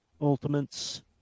Ultimates